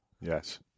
Yes